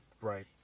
Right